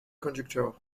conductor